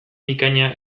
bikaina